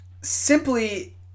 simply